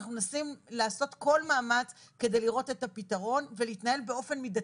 אנחנו מנסים לעשות כל מאמץ כדי לראות את הפתרון ולהתנהל באופן מידתי.